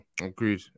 Agreed